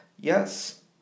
Yes